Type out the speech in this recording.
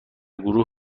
گروه